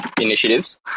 initiatives